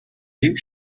you